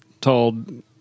told